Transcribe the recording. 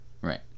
Right